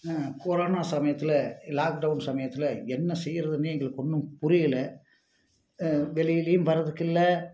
corona சமயத்தில் lockdown சமயத்தில் என்ன செய்கிறதுனே எங்களுக்கு ஒன்றும் புரியலை வெளியிலேயும் வர்றதுக்கு இல்லை